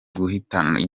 guhatanira